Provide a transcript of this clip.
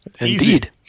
Indeed